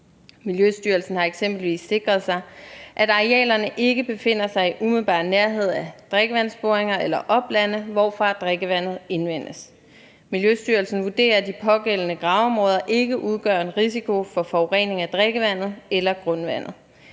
Miljøstyrelsen har eksempelvis sikret sig, at arealerne ikke befinder sig i umiddelbar nærhed af drikkevandsboringer eller oplande, hvorfra drikkevandet indvindes. Miljøstyrelsen vurderer, at de pågældende gravområder ikke udgør en risiko for forurening af drikkevandet eller grundvandet.